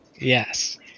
Yes